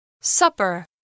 Supper